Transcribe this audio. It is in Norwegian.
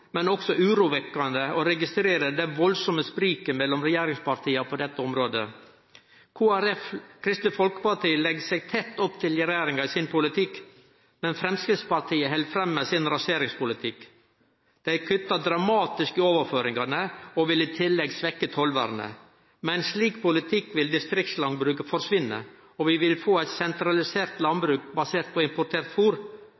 men også urovekkjande, å registrere det veldige spriket mellom regjeringspartia på dette området. Kristeleg Folkeparti legg seg tett opp til regjeringa i sin politikk. Men Framstegspartiet held fram med sin raseringspolitikk. Dei kuttar dramatisk i overføringane og vil i tillegg svekkje tollvernet. Med ein slik politikk vil distriktslandbruket forsvinne, og vi vil få eit sentralisert